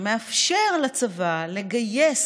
שמאפשר לצבא לגייס,